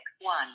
one